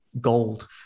gold